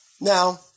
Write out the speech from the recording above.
Now